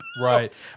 Right